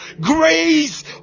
grace